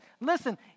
listen